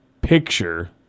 picture